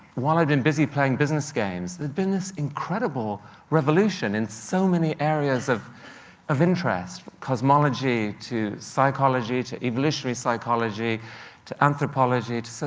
while i'd been busy playing business games, there'd been this incredible revolution in so many areas of of interest cosmology to psychology to evolutionary psychology to anthropology to. so